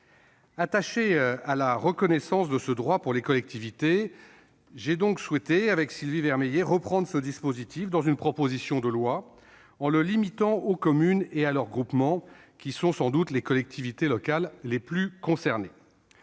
Attaché à la reconnaissance de ce droit pour les collectivités, j'ai souhaité, avec Sylvie Vermeillet, reprendre ce dispositif dans une proposition de loi, en le limitant aux communes et à leurs groupements, qui sont sans doute les collectivités locales les plus concernées.